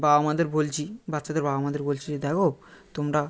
বাবা মাদের বলছি বাচ্চাদের বাবা মাদের বলছি যে দেখো তোমরা